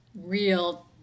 real